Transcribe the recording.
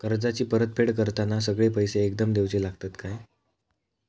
कर्जाची परत फेड करताना सगळे पैसे एकदम देवचे लागतत काय?